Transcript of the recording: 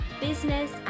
business